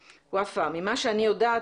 ופאא: " ממה שאני יודעת,